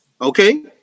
Okay